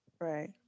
Right